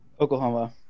Oklahoma